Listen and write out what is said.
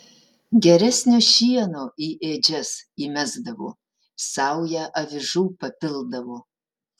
geresnio šieno į ėdžias įmesdavo saują avižų papildavo